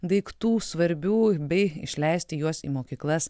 daiktų svarbių bei išleisti juos į mokyklas